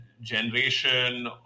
generation